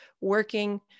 working